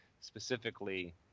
specifically –